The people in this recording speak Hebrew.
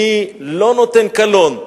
אני לא נותן קלון.